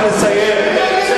הוא צריך לסיים.